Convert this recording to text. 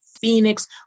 Phoenix